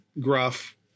Gruff